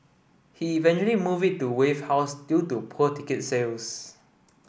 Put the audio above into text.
he eventually moved it to Wave House due to poor ticket sales